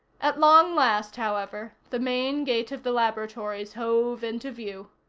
at long last, however, the main gate of the laboratories hove into view.